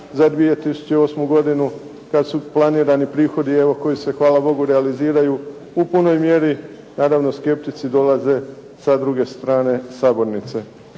za 2008. godinu kad su planirani prihodi evo koji se hvala Bogu realiziraju u punoj mjeri. Naravno skeptici dolaze sa druge strane sabornice.